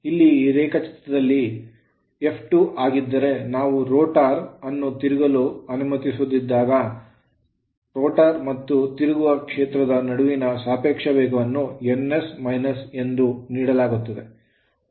ಇಲ್ಲಿ ಈ ರೇಖಾಚಿತ್ರದಲ್ಲಿ ಇದು F2 ಆಗಿದ್ದರೆ ನಾವು rotor ರೋಟರ್ ಅನ್ನು ತಿರುಗಲು ಅನುಮತಿಸದಿದ್ದಾಗ ರೋಟರ್ ಮತ್ತು ತಿರುಗುವ ಕ್ಷೇತ್ರದ ನಡುವಿನ ಸಾಪೇಕ್ಷ ವೇಗವನ್ನು ns - n ಎಂದು ನೀಡಲಾಗುತ್ತದೆ